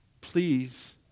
please